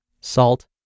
salt